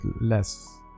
less